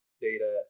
data